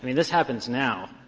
i mean this happens now,